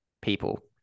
people